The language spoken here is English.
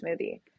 smoothie